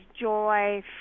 joy